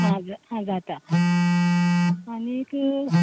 हां जात जाता आनीक